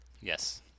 Yes